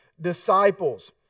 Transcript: disciples